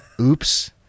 Oops